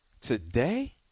Today